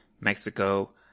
Mexico